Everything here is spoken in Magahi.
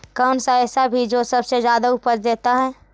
कौन सा ऐसा भी जो सबसे ज्यादा उपज देता है?